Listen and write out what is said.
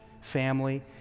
family